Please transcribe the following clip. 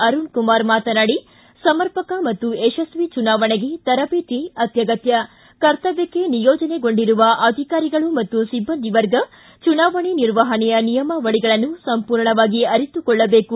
ಅರುಣಕುಮಾರ್ ಮಾತನಾಡಿ ಸಮರ್ಪಕ ಮತ್ತು ಯಶಸ್ವಿ ಚುನಾವಣೆಗೆ ತರಬೇತಿ ಅತ್ಯಗತ್ಯ ಕರ್ತವ್ಯಕ್ಷೆ ನಿಯೋಜನೆಗೊಂಡಿರುವ ಅಧಿಕಾರಿಗಳು ಮತ್ತು ಸಿಬ್ಬಂದಿ ವರ್ಗ ಚುನಾವಣೆ ನಿರ್ವಹಣೆಯ ನಿಯಮಾವಳಿಗಳನ್ನು ಸಂಪೂರ್ಣವಾಗಿ ಅರಿತುಕೊಳ್ಳಬೇಕು